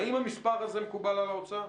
האם המספר הזה מקובל על האוצר?